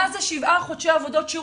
מה זה שבעה חודשי עבודות שירות,